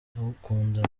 ndagukunda